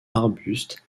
arbustes